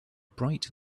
bright